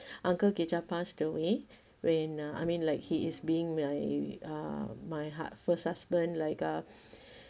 uncle kacha passed away when uh I mean like he is being my uh my heart first husband like a